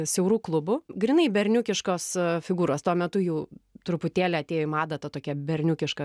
siaurų klubų grynai berniukiškos figūros tuo metu jau truputėlį atėjo į madą ta tokie berniukiška